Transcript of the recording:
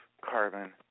carbon